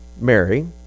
Mary